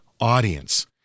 audience